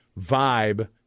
vibe